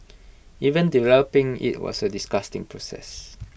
even developing IT was A disgusting process